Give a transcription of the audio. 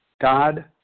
God